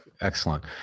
excellent